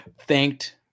thanked